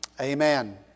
amen